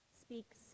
speaks